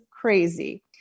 crazy